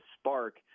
spark